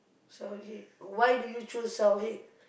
shower head why do you choose shower head